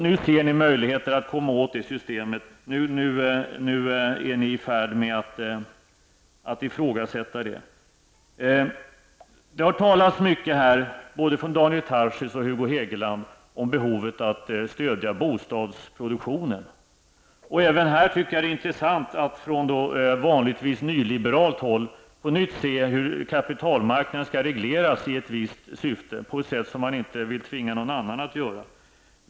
Nu ser ni möjligheter att komma åt systemet och är i färd med att ifrågasätta det. Både Daniel Tarschys och Hugo Hegeland har här talat mycket om behovet av att stödja bostadsproduktionen. Även här är det intressant att på nytt se hur man från vanligtvis nyliberalt håll vill att kapitalmarknaden skall regleras i ett visst syfte med bestämmelser som man inte vill tvinga någon annan att följa.